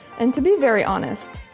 and to be very honest,